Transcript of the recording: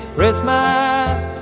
Christmas